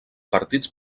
partits